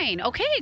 Okay